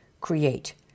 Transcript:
create